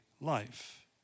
life